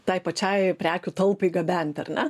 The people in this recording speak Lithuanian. tai pačiai prekių talpai gabent ar ne